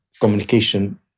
communication